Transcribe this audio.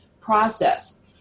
process